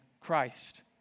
Christ